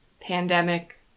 pandemic